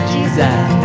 Jesus